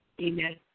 amen